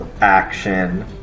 action